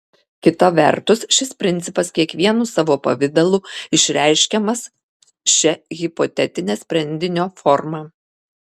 kita vertus šis principas kiekvienu savo pavidalu išreiškiamas šia hipotetine sprendinio forma